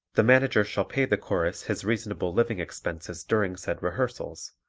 the manager shall pay the chorus his reasonable living expenses during said rehearsals,